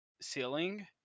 ceiling